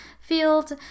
field